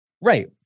Right